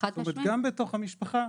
כלומר, גם בתוך המשפחה,